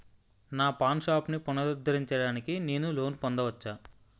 నా పాన్ షాప్ని పునరుద్ధరించడానికి నేను లోన్ పొందవచ్చా?